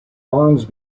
bonds